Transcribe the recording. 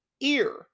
ear